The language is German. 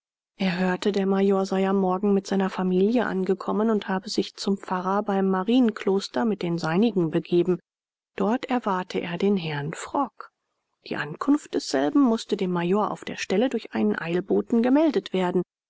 er hörte der major sei am morgen mit seiner familie angekommen und habe sich zum pfarrer beim marienkloster mit den seinigen begeben dort erwarte er den herrn frock die ankunft desselben mußte dem major auf der stelle durch einen eilboten gemeldet werden